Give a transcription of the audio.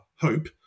Hope